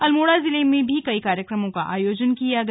अल्मोड़ा जिले में भी कई कार्यक्रमों का आयोजन किया गया